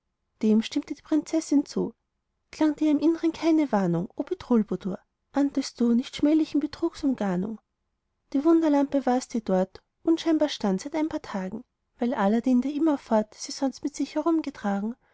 dem stimmte die prinzessin zu klang dir im innern keine warnung o bedrulbudur ahntest du nicht schmählichen betrugs umgarnung die wunderlampe war's die dort unscheinbar stand seit ein paar tagen weil aladdin der immerfort sie sonst mit sich herumgetragen